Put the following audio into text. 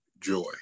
joy